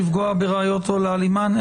"לפגוע בראיות או להעלימן".